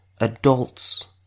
adults